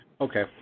Okay